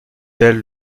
elle